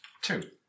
Two